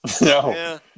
No